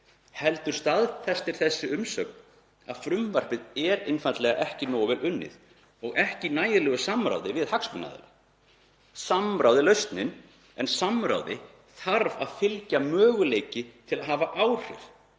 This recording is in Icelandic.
heldur staðfestir að frumvarpið er einfaldlega ekki nógu vel unnið og ekki í nægilegu samráði við hagsmunaaðila. Samráð er lausnin en samráði þarf að fylgja möguleiki til að hafa áhrif.